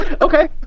Okay